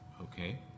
Okay